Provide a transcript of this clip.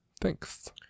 thanks